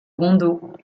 rondeau